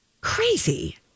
Crazy